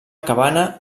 cabana